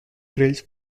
trails